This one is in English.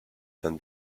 than